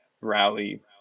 rally